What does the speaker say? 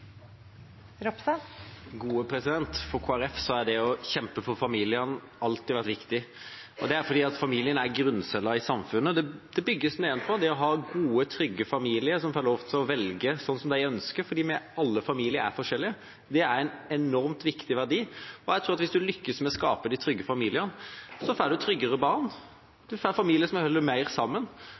For Kristelig Folkeparti har det å kjempe for familiene alltid vært viktig. Det er fordi familien er grunncellen i samfunnet. Det bygges nedenfra: Det å ha gode, trygge familier som får lov til å velge som de ønsker – for alle familier er forskjellige – er en enormt viktig verdi. Jeg tror at hvis man lykkes med å skape de trygge familiene, får man tryggere barn, man får familier som holder mer sammen.